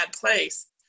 place